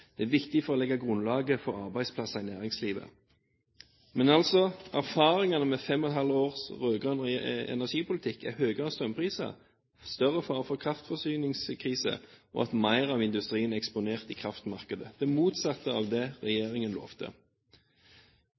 det er viktig for å legge grunnlaget for arbeidsplasser i næringslivet. Men altså, erfaringene med fem og et halvt års rød-grønn energipolitikk er høyere strømpriser, større fare for kraftforsyningskrise og at mer av industrien er eksponert i kraftmarkedet – det motsatte av det regjeringen lovte.